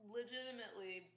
legitimately